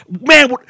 man